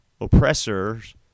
oppressors